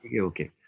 okay